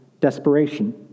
desperation